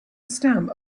stem